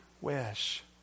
wish